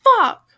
Fuck